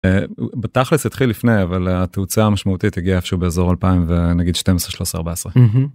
בתכלס התחיל לפני אבל התוצאה המשמעותית הגיעה איפשהו באזור 2000 ונגיד 12, 13, 14.